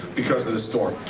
because of this storm,